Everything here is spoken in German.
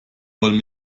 wollen